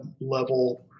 level